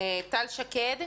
טל שקד.